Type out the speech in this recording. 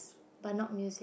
but not music